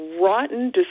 rotten